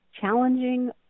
challenging